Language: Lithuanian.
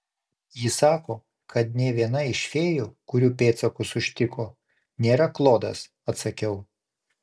ji sako kad nė viena iš fėjų kurių pėdsakus užtiko nėra klodas atsakiau